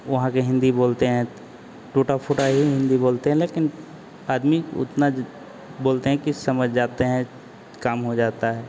वहाँ के हिन्दी बोलते हैं त टूटा फूटा ही हिन्दी बोलते हैं लेकिन आदमी उतना ज बोलते हैं की समझ जाते हैं काम हो जाता है